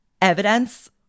evidence